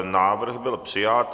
Návrh byl přijat.